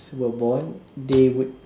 were born they would